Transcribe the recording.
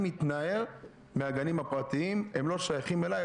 אני מתנער מהגנים הפרטיים הם לא שייכים אלי,